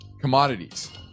commodities